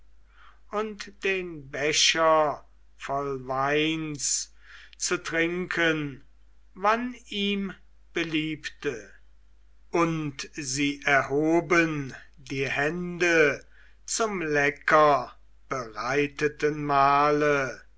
und den becher voll weins zu trinken wann ihm beliebte und sie erhoben die hände zum leckerbereiteten mahle